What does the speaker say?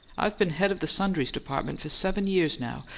i've been head of the sundries department for seven years now,